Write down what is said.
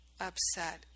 upset